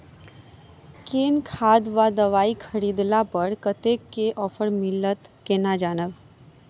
केँ खाद वा दवाई खरीदला पर कतेक केँ ऑफर मिलत केना जानब?